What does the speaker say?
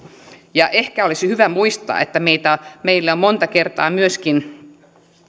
ja ehkä olisi hyvä muistaa että meitä on monta kertaa myöskin